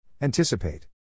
Anticipate